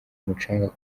umucanga